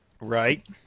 Right